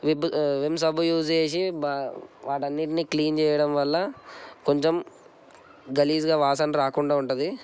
Vim సబ్బు use చేసి వాటి అన్నింటినీ క్లీన్ చేయడం వల్ల కొంచెం గలీజుగా వాసన రాకుండా ఉంటుంది